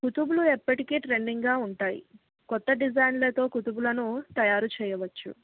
కుతుగులు ఎప్పటికీ ట్రెండింగ్గా ఉంటాయి కొత్త డిజైన్లతో కుతుగులను తయారు చెయవచ్చు